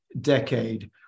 decade